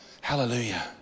Hallelujah